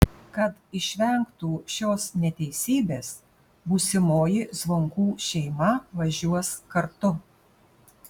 kad išvengtų šios neteisybės būsimoji zvonkų šeima važiuos kartu